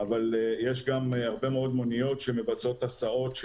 אבל יש גם הרבה מאוד מוניות שמבצעות הסעות,